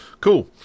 Cool